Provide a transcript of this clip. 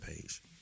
page